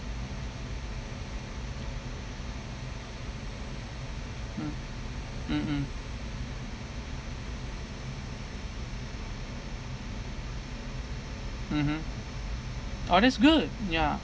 mm mm mm mmhmm oh that's good ya